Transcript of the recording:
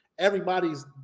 Everybody's